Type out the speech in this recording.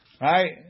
Right